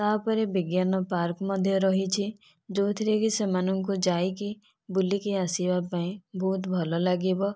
ତା'ପରେ ବିଜ୍ଞାନ ପାର୍କ ମଧ୍ୟ ରହିଛି ଯେଉଁଥିରେ କି ସେମାନଙ୍କୁ ଯାଇକି ବୁଲିକି ଆସିବା ପାଇଁ ବହୁତ ଭଲ ଲାଗିବ